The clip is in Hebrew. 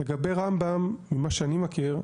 לגבי רמב"ם ממה שאני מכיר,